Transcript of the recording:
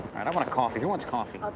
i wanna coffee, who wants coffee? i'll